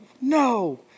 no